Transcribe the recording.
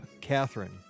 Catherine